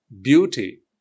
beauty